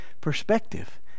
perspective